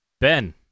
Ben